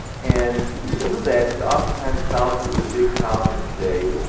and to do that, to often times solve some of the big problems today,